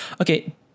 Okay